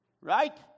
right